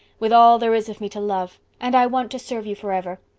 with all there is of me to love. and i want to serve you for ever.